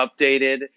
updated